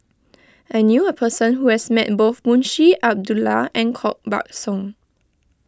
I knew a person who has met both Munshi Abdullah and Koh Buck Song